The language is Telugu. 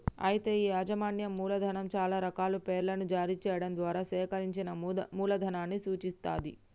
అయితే ఈ యాజమాన్యం మూలధనం చాలా రకాల పేర్లను జారీ చేయడం ద్వారా సేకరించిన మూలధనాన్ని సూచిత్తది